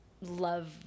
love